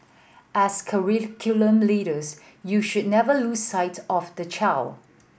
as curriculum leaders you should never lose sight of the child